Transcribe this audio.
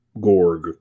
Gorg